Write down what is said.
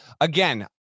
again